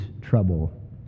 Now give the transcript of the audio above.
trouble